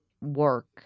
work